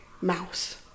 mouse